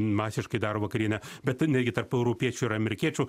masiškai daro vakarienę bet netgi tarp europiečių ir amerikiečių